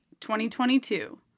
2022